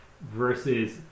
versus